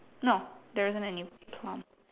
no there isn't any plum